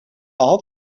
all